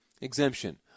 exemption